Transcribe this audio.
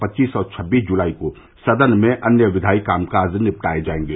पच्चीस और छब्बीस जुलाई को सदन में अन्य विधायी कामकाज निपटाये जायेंगे